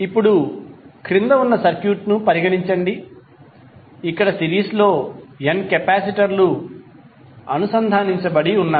ఇప్పుడు క్రింద ఉన్న సర్క్యూట్ను పరిగణించండి ఇక్కడ సిరీస్లో n కెపాసిటర్లు అనుసంధానించబడి ఉన్నాయి